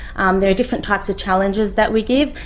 um there are different types of challenges that we give,